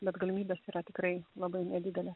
bet galimybės yra tikrai labai nedidelės